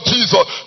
Jesus